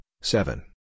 seven